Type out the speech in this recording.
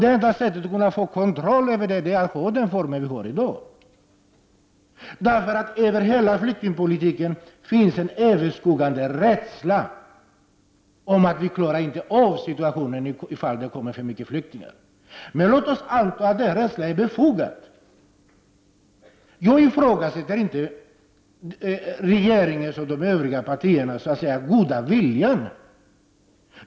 Det enda sättet att få den kontrollen är att ha den form vi har i dag. Över hela flyktingpolitiken finns nämligen en överskuggande rädsla för att inte klara av situationen om det kommer för många flyktingar. Men låt oss anta att denna rädsla är befogad! Jag ifrågasätter inte regeringens och de övriga partiernas goda vilja.